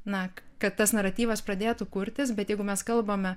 na kad tas naratyvas pradėtų kurtis bet jeigu mes kalbame